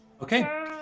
okay